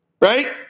Right